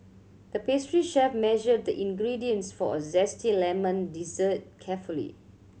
the pastry chef measured the ingredients for a zesty lemon dessert carefully